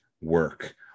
work